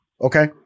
okay